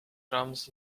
jumps